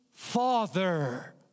Father